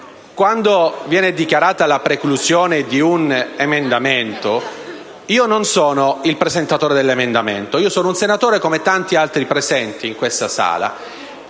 sulla dichiarazione di preclusione di un emendamento. Io non sono il presentatore dell'emendamento, io sono un senatore come tanti altri presenti in quest'Aula.